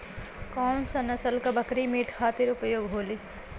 कौन से नसल क बकरी मीट खातिर उपयोग होली?